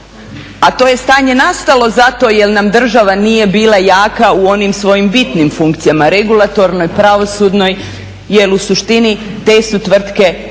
A to je stanje nastalo zato jer nam država nije bila jaka u onim svojim bitnim funkcijama regulatornoj, pravosudnoj jel u suštini te su tvrtke trebale